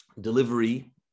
Delivery